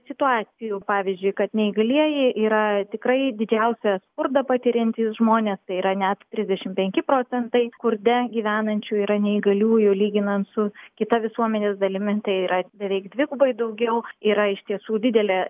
situacijų pavyzdžiui kad neįgalieji yra tikrai didžiausią skurdą patiriantys žmonės tai yra net trisdešimt penki procentai skurde gyvenančių yra neįgaliųjų lyginant su kita visuomenės dalimi tai yra beveik dvigubai daugiau yra iš tiesų didelė